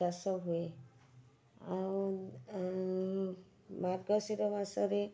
ଚାଷ ହୁଏ ମାର୍ଗଶିର ମାସରେ